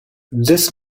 this